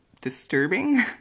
disturbing